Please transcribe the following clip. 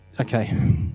okay